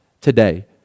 today